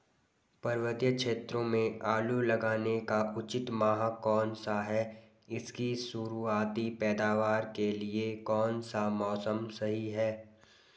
पर्वतीय क्षेत्रों में आलू लगाने का उचित माह कौन सा है इसकी शुरुआती पैदावार के लिए कौन सा मौसम सही है?